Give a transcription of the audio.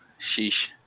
sheesh